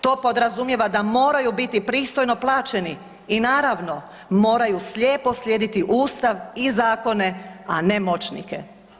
To podrazumijeva da moraju biti pristojno plaćeni i naravno moraju slijepo slijediti Ustav i zakone, a ne moćnike.